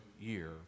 year